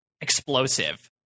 explosive